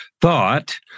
thought